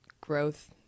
growth